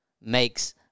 makes